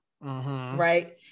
right